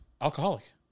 alcoholic